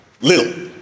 little